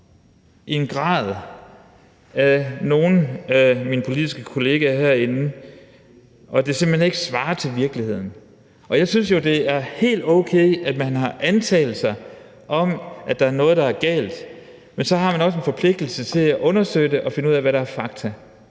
i en grad af nogle af mine politiske kolleger herinde, så det simpelt hen ikke svarer til virkeligheden. Jeg synes jo, at det er helt okay, at man har antagelser om, at der er noget, der er galt, men så har man også en forpligtelse til at undersøge det og finde ud af, hvad der er fakta.